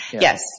Yes